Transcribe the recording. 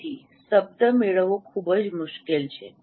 તેથી શબ્દ મેળવવો ખૂબ જ મુશ્કેલ છે